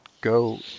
go